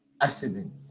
accident